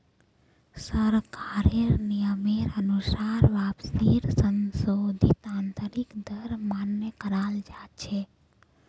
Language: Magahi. सरकारेर नियमेर अनुसार वापसीर संशोधित आंतरिक दर मान्य कराल जा छे